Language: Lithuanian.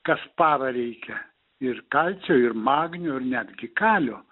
kas parą reikia ir kalcio ir magnio ir netgi kalio